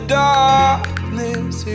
darkness